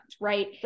right